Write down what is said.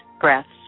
breaths